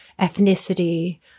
ethnicity